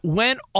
went